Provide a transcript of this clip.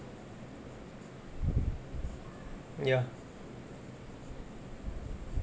ya